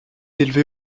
élevé